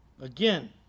Again